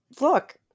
look